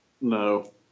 No